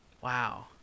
Wow